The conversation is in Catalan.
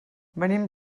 venim